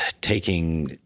taking